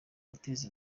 guteza